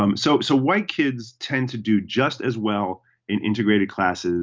um so so white kids tend to do just as well in integrated classes